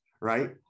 right